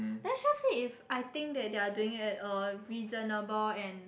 then shows it if I think that they're doing it at a reasonable and